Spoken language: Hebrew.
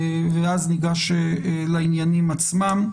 ואז ניגש לעניינים עצמם,